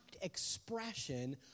expression